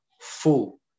full